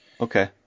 Okay